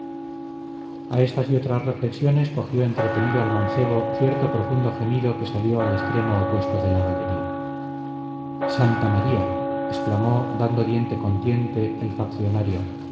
en estas y otras reflexiones cogió entretenido al mancebo cierto profundo gemido que salió al extremo opuesto de la galería santa maría exclamó dando diente con diente el faccionario